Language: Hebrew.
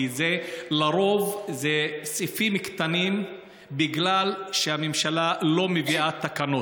כי לרוב זה סעיפים קטנים בגלל שהממשלה לא מביאה תקנות.